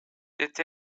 det